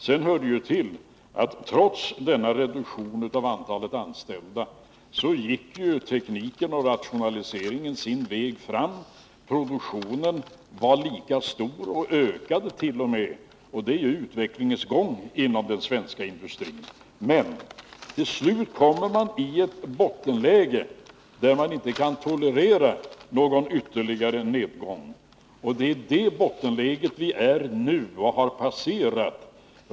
Sedan hör det till att trots denna reduktion av antalet anställda gick tekniken och rationaliseringen sin väg fram — produktionen var lika stor och ökade t.o.m. och det är ju utvecklingens gång inom den svenska industrin. Men till slut kommer man i ett bottenläge där man inte kan tolerera någon ytterligare nedgång, och det är det bottenläget vi befinner oss i nu och har passerat.